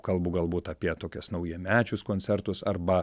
kalbu galbūt apie tokias naujamečius koncertus arba